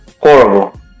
Horrible